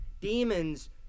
Demons